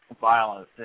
Violence